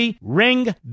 Ring